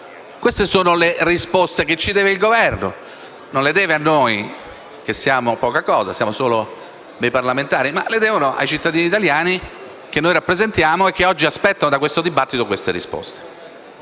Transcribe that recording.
Queste sono le risposte che deve il Governo e non a noi, che siamo poca cosa, solo dei parlamentari, ma ai cittadini italiani che noi rappresentiamo e che oggi aspettano dal dibattito siffatte risposte.